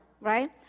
right